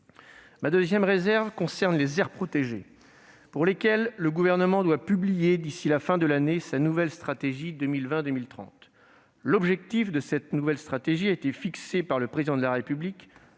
Ma deuxième réserve concerne les aires protégées, pour lesquelles le Gouvernement doit publier d'ici à la fin de l'année sa nouvelle stratégie 2020-2030. L'objectif de cette nouvelle stratégie a été fixé par le Président de la République